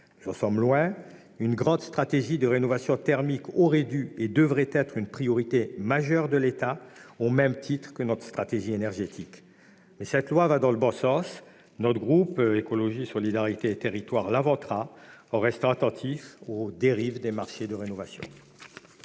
Nous en sommes loin. Une grande stratégie de rénovation thermique aurait dû et devrait être une priorité majeure de l'État, au même titre que notre stratégie énergétique. Néanmoins, ce texte va dans le bon sens. Le groupe Écologiste - Solidarité et Territoires votera en sa faveur, en restant attentif aux dérives des marchés de rénovation.